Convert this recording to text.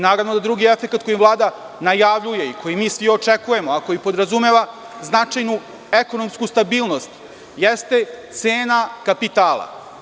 Naravno da drugi efekat koji Vlada najavljuje i koji mi svi očekujemo, a koji podrazumeva značajnu ekonomsku stabilnost jeste cena kapitala.